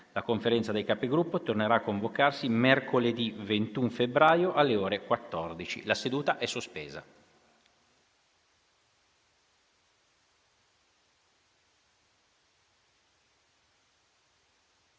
La Conferenza dei Capigruppo tornerà a convocarsi mercoledì 21 febbraio, alle ore 14. **Calendario dei